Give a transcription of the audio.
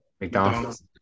McDonald's